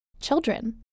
children